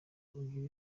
ugire